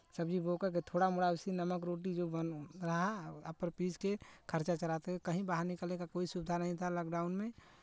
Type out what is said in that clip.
सब्जी बोकर के थोड़ा मोड़ा ओसी नमक रोटी जो बन रहा अपर पीस के खर्चा चलाते थे कहीं बाहर निकलने का कोई सुविधा नहीं था लॉकडाउन में